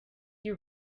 you